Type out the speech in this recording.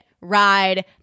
ride